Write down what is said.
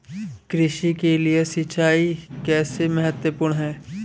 कृषि के लिए सिंचाई कैसे महत्वपूर्ण है?